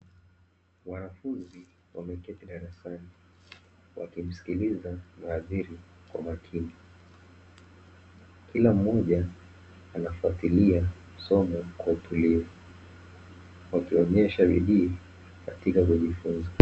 Wanafunzi wameketi darasani wakimsikiliza muadhiri kwa makini, kila mmoja anfatilia somo kwa utulivu wakionyesha bidii katika kujifunza.